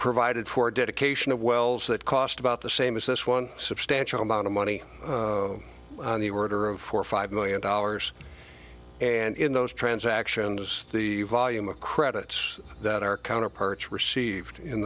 provided for dedication of wells that cost about the same as this one substantial amount of money on the order of four five million dollars and in those transactions as the volume of credits that our counterparts received in